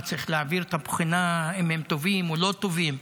וצריך להעביר את הבחינה אם הם טובים או לא טובים,